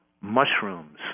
mushrooms